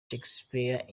shakespeare